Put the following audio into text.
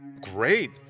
Great